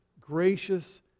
gracious